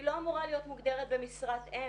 היא לא אמורה להיות מוגדרת במשרת אם.